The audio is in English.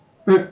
eh